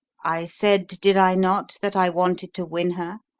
i said, did i not, that i wanted to win her,